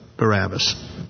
Barabbas